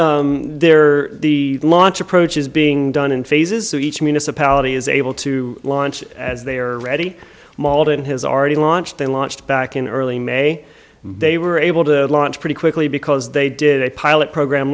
there the launch approach is being done in phases so each municipality is able to launch as they are ready malden has already launched and launched back in early may they were able to launch pretty quickly because they did a pilot program